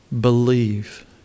believe